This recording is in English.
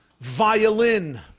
violin